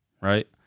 right